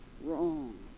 wrong